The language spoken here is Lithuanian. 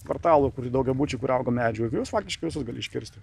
kvartalo daugiabučių kur auga medžių ir juos faktiškai visus gali iškirsti